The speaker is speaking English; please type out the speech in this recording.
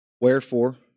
Wherefore